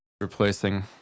replacing